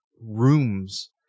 rooms